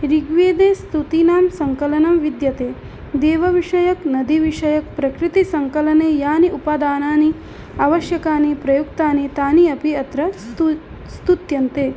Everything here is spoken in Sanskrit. ऋग्वेदे स्तुतीनां सङ्कलनं विद्यते देवविषयकनदीविषयकप्रकृतिसङ्कलने यानि उपादानानि आवश्यकानि प्रयुक्तानि तानि अपि अत्र स्तु स्तुत्यन्ते